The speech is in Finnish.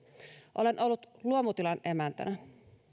olen ollut luomutilan emäntänä